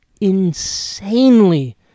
insanely